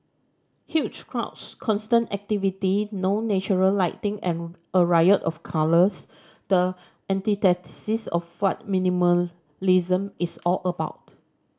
huge crowds constant activity no natural lighting and a riot of colours the antithesis of what minimalism is all about